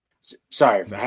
Sorry